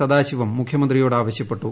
സദാശിവം മുഖ്യമന്ത്രിയോട് ആവശ്യപ്പെട്ടു